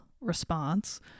response